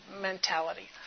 mentality